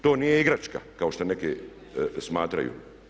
To nije igračka kao što neki smatraju.